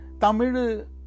Tamil